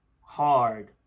hard